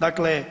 Dakle,